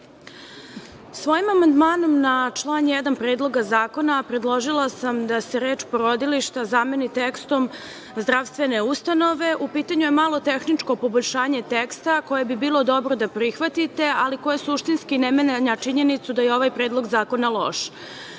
Svojim amandmanom na član 1. Predloga zakona predložila sam da se reč „porodilišta“ zameni tekstom „zdravstvene ustanove“. U pitanju je malo tehničko poboljšanje teksta koje bi bilo dobro da prihvatite, ali koje suštinski ne menja činjenicu da je ovaj predlog zakona